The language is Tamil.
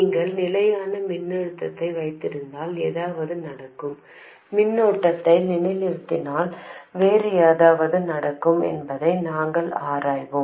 நீங்கள் நிலையான மின்னழுத்தத்தை வைத்திருந்தால் ஏதாவது நடக்கும் மின்னோட்டத்தை நிலைநிறுத்தினால் வேறு ஏதாவது நடக்கும் என்பதை நாங்கள் ஆராய்வோம்